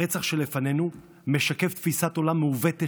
הרצח שלפנינו משקף תפיסת עולם מעוותת,